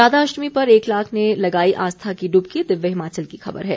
राधाअष्टमी पर एक लाख ने लगाई आस्था की डूबकी दिव्य हिमाचल की खबर है